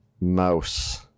Mouse